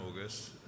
August